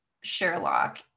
Sherlock